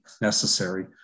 necessary